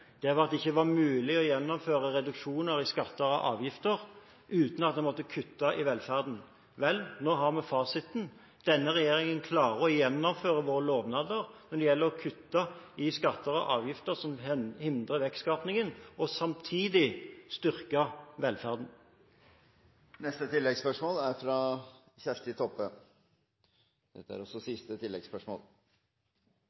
var at det ikke var mulig å gjennomføre reduksjoner i skatter og avgifter uten at en måtte kutte i velferden. Vel, nå har vi fasiten. Denne regjeringen klarer å gjennomføre våre lovnader når det gjelder å kutte i skatter og avgifter som hindrer vekstskapingen, og samtidig styrke velferden. Kjersti Toppe – til oppfølgingsspørsmål. I medisin er det noko som heiter tentativ diagnose, altså arbeidsdiagnose til det motsette er